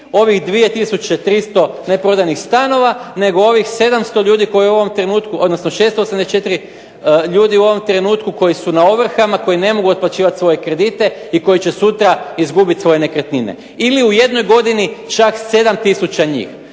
odnosno …/Govornik se ne razumije./… ljudi u ovom trenutku koji su na ovrhama, koji ne mogu otplaćivati svoje kredite i koji će sutra izgubiti svoje nekretnine, ili u jednoj godini čak 7 tisuća njih.